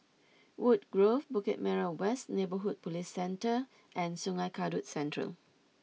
Woodgrove Bukit Merah West Neighbourhood Police Centre and Sungei Kadut Central